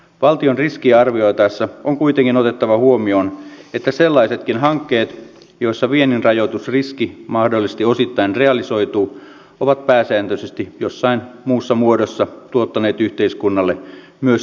valtion riskiä arvioitaessa on kuitenkin otettava huomioon että sellaisetkin hankkeet joissa vienninrahoitusriski mahdollisesti osittain realisoituu ovat pääsääntöisesti jossain muussa muodossa tuottaneet yhteiskunnalle myös tuloja